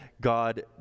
God